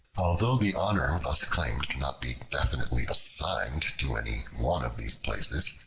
although the honor thus claimed cannot be definitely assigned to any one of these places,